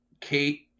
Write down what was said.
Kate